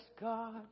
God